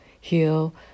heal